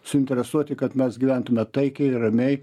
suinteresuoti kad mes gyventume taikiai ir ramiai